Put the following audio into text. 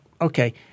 okay